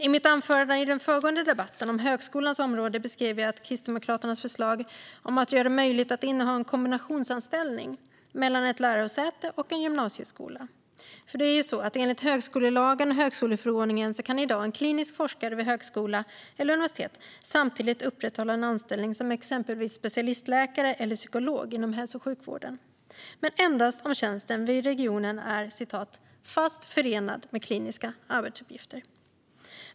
I mitt anförande i den föregående debatten om högskolans område beskrev jag Kristdemokraternas förslag om att göra det möjligt att inneha en kombinationsanställning mellan ett lärosäte och en gymnasieskola. Enligt högskolelagen och högskoleförordningen kan i dag en klinisk forskare vid högskola eller universitet samtidigt upprätthålla en anställning som exempelvis specialistläkare eller psykolog inom hälso och sjukvården, men endast om tjänsten vid regionen är fast förenad med kliniska arbetsuppgifter.